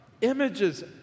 images